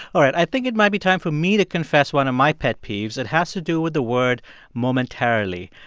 all right, i think it might be time for me to confess one of my pet peeves. it has to do with the word momentarily.